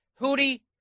Hootie